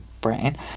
brain